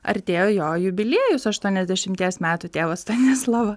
artėjo jo jubiliejus aštuoniasdešimties metų tėvo stanislovo